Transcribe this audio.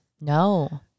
No